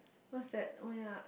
what's that oh ya